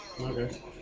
Okay